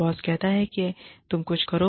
boss कहता है कि तुम कुछ करो